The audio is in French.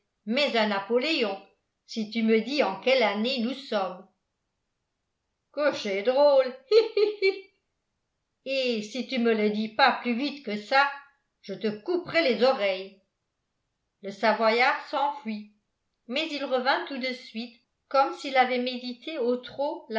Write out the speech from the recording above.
mais un napoléon si tu me dis en quelle année nous sommes que ch'est drôle hi hi hi et si tu ne me le dis pas plus vite que ça je te couperai les oreilles le savoyard s'enfuit mais il revint tout de suite comme s'il avait médité au trot